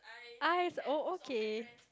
I oh okay